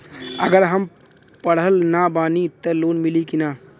अगर हम पढ़ल ना बानी त लोन मिली कि ना?